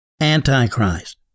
Antichrist